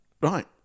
Right